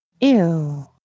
Ew